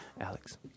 Alex